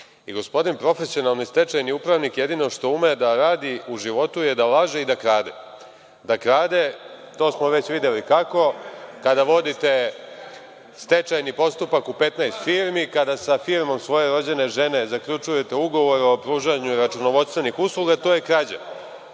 gospodin profesionalni stečajni upravnik, jedino što ume da radi u životu je da laže i da krade. Da krade, to smo već videli. Kako? Kada vodite stečajni postupak u 15 firmi, kada sa firmom svoje rođene žene zaključujete ugovor o pružanju računovodstvenih usluga, to je krađa.